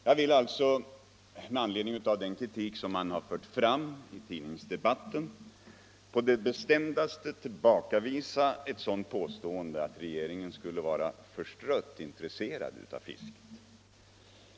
Jag vill med anledning av den kritik som man har fört fram i tidningsdebatten på det bestämdaste tillbakavisa varje påstående att regeringen skulle vara förstrött intresserad av fisket.